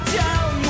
down